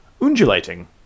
undulating